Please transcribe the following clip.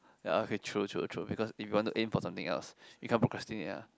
ya okay true true true because if you want to aim for something else you can't procrastinate ah